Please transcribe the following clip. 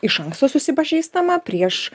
iš anksto susipažįstama prieš